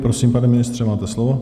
Prosím, pane ministře, máte slovo.